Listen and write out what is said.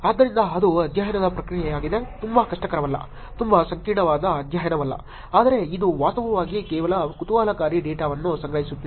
ಆದ್ದರಿಂದ ಅದು ಅಧ್ಯಯನದ ಪ್ರಕ್ರಿಯೆಯಾಗಿದೆ ತುಂಬಾ ಕಷ್ಟಕರವಲ್ಲ ತುಂಬಾ ಸಂಕೀರ್ಣವಾದ ಅಧ್ಯಯನವಲ್ಲ ಆದರೆ ಇದು ವಾಸ್ತವವಾಗಿ ಕೆಲವು ಕುತೂಹಲಕಾರಿ ಡೇಟಾವನ್ನು ಸಂಗ್ರಹಿಸುತ್ತಿದೆ